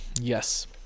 Yes